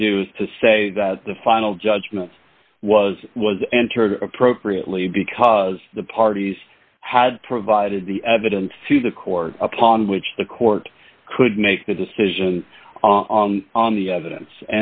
can do is to say that the final judgment was was entered appropriately because the parties had provided the evidence to the court upon which the court could make the decision on the evidence